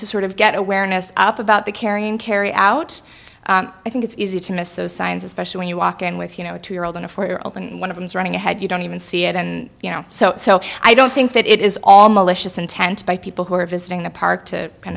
to sort of get awareness up about the carrying carry out i think it's easy to miss those signs especially when you walk in with you know two year old in a four year old and one of them is running ahead you don't even see it and you know so i don't think that it is all militias intent by people who are visiting the park to kind